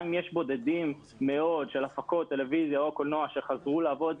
גם אם יש בודדים מאוד של הפקות טלוויזיה או קולנוע שחזרו לעבוד,